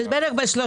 זה ירד בערך ב-30%,